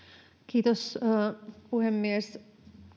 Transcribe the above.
kiitos puhemies